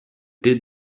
did